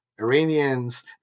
Iranians